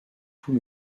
tout